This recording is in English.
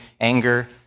anger